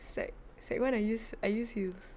sec sec one I use I use heels